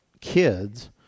kids